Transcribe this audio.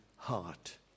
Heart